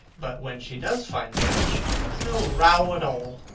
but when she does find me out, she makes no row at all.